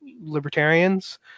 libertarians